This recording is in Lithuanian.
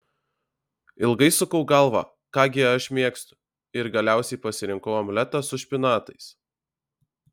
ilgai sukau galvą ką gi aš mėgstu ir galiausiai pasirinkau omletą su špinatais